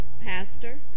Pastor